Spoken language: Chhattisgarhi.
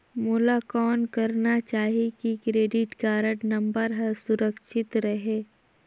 मोला कौन करना चाही की क्रेडिट कारड नम्बर हर सुरक्षित रहे?